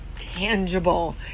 tangible